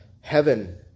heaven